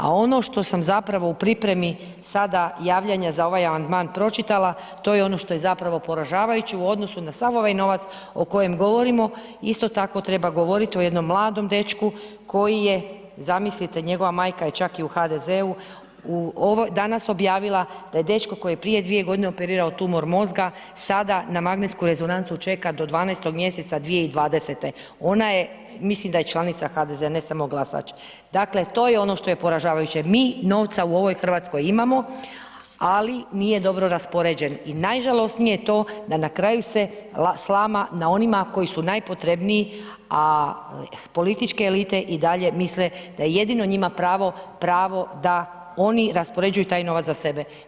A ono što sam zapravo u pripremi sada javljanje za ovaj amandman pročitala, to je ono što je zapravo poražavajuće u odnosu na sav ovaj novac o kojem govorimo, isto tako treba govorit o jednom mladom dečku koji je, zamislite, njegova majka je čak i u HDZ-u, danas objavila da je dečko koji je prije dvije godine operirao tumor mozga, sada na magnetsku rezonancu čeka do 12. mjeseca 2020.g. Ona je, mislim da je članica HDZ-a, ne samo glasač, dakle, to je ono što je poražavajuće, mi novca u ovoj RH imamo, ali nije dobro raspoređen i najžalosnije je to da na kraju se slama na onima koji su najpotrebniji, a političke elite i dalje misle da jedino njima pravo, pravo da oni raspoređuju taj novac za sebe.